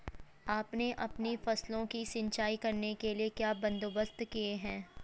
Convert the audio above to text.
आपने अपनी फसलों की सिंचाई करने के लिए क्या बंदोबस्त किए है